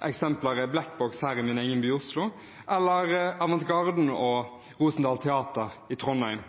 eksempler er Black Box her i min egen by, Oslo, eller Avant Garden og Rosendal Teater i Trondheim.